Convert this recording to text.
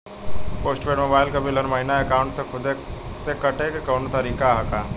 Post paid mobile क bill हर महिना एकाउंट से खुद से कटे क कौनो तरीका ह का?